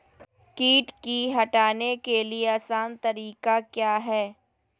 किट की हटाने के ली आसान तरीका क्या है?